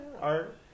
art